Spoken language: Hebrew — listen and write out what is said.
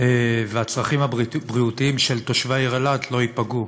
והצרכים הבריאותיים של תושבי העיר אילת לא ייפגעו.